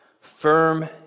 firm